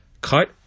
cut